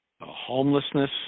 homelessness